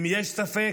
אם יש ספק,